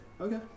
Okay